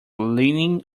leaning